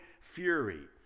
fury